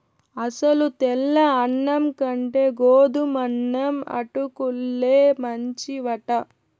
అసలు తెల్ల అన్నం కంటే గోధుమన్నం అటుకుల్లే మంచివట